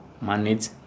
manage